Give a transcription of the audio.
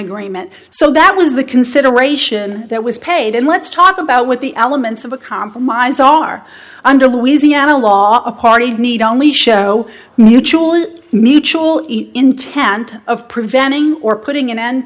agreement so that was the consideration that was paid and let's talk about what the elements of a compromise are under louisiana law a party need only show mutual mutual intent of preventing or putting an end